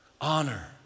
Honor